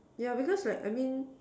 yeah because like I mean